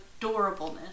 adorableness